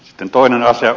sitten toinen asia